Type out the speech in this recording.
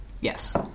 Yes